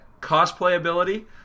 Cosplayability